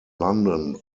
london